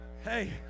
Hey